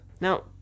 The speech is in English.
Now